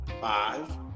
Five